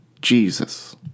Jesus